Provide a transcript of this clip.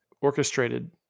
orchestrated